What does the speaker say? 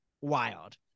wild